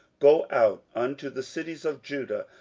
go out unto the cities of judah,